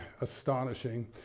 astonishing